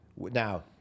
Now